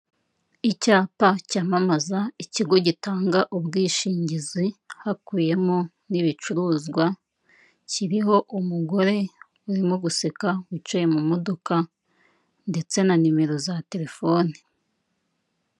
Icyapa cyamamaza ikigo gitanga ubwishingizi, hakubiyemo n'ibicuruzwa, kiriho umugore urimo guseka, wicaye mu modoka, ndetse na nimero za telefone.